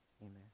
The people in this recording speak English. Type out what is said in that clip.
Amen